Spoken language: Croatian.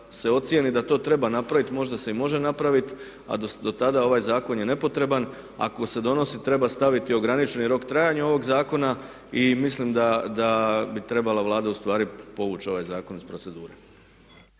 se ocijeni da to treba napraviti možda se i može napraviti a do tada ovaj zakon je nepotreban. Ako se donosi treba staviti ograničeni rok trajanja ovog zakona i mislim da bi trebala Vlada ustvari povući ovaj zakon iz procedure.